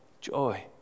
joy